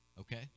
Okay